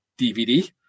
DVD